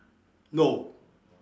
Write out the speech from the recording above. no